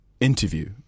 interview